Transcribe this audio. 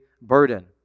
burden